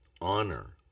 honor